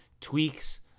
tweaks